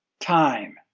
time